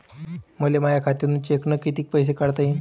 मले माया खात्यातून चेकनं कितीक पैसे काढता येईन?